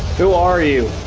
who are you.